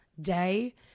day